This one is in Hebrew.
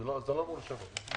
זה לא אמור לשנות.